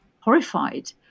horrified